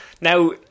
Now